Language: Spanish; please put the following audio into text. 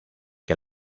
que